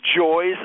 joys